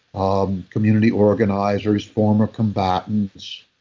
um community organizers, former combatants,